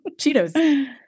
Cheetos